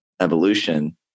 evolution